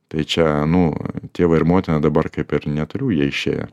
tai čia nu tėvą ir motiną dabar kaip ir neturiu jie išėjo